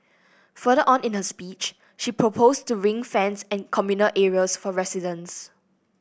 further on in her speech she proposed to ring fence and communal areas for residents